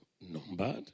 Numbered